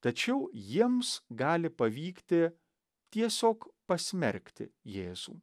tačiau jiems gali pavykti tiesiog pasmerkti jėzų